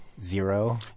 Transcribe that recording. Zero